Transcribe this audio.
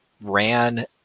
ran